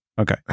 okay